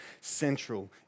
central